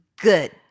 good